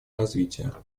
развития